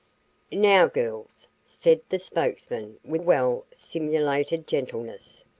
now, girls, said the spokesman with well simulated gentleness,